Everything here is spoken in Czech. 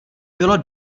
bylo